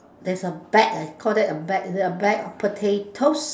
there is a bag I call that a bag is it a bag of potatoes